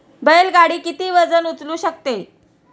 बैल गाडी किती वजन उचलू शकते?